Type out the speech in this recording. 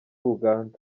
uganda